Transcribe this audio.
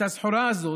את הסחורה הזאת,